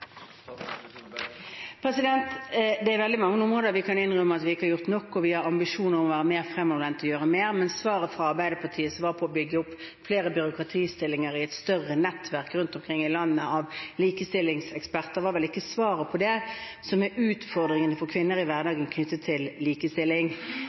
Det er veldig mange områder hvor vi kan innrømme at vi ikke har gjort nok, og vi har ambisjoner om å være mer fremoverlent og gjøre mer. Svaret fra Arbeiderpartiet, som var å lage flere byråkratstillinger i et større nettverk av likestillingseksperter rundt omkring i landet, var vel ikke svaret på det som er utfordringen for kvinner i